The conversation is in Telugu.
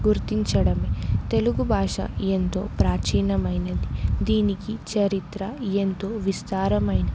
గుర్తించడమే తెలుగు భాష ఎంతో ప్రాచీనమైనది దీనికి చరిత్ర ఎంతో విస్తారమైనది